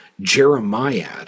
Jeremiah